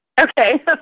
Okay